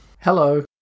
Hello